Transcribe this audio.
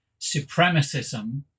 supremacism